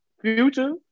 Future